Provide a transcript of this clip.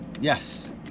Yes